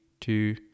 two